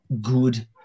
good